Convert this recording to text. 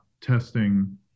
testing